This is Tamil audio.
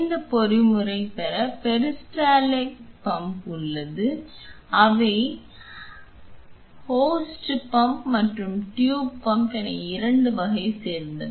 இந்த பொறிமுறையைப் பெற பெரிஸ்டால்டிக் பம்ப் என்று ஒன்று உள்ளது அவை ஹோஸ்ட் பம்ப் மற்றும் டியூப் பம்ப் என 2 வகையைச் சேர்ந்தவை